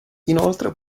inoltre